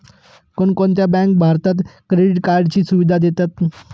कोणकोणत्या बँका भारतात क्रेडिट कार्डची सुविधा देतात?